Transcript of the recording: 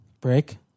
Break